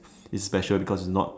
is special because is not